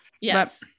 Yes